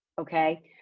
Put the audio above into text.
Okay